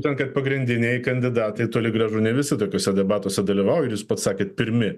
būtent kad pagrindiniai kandidatai toli gražu ne visi tokiuose debatuose dalyvauja ir jūs pats sakėt pirmi